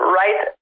right